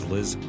Liz